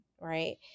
right